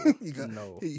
no